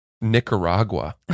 Nicaragua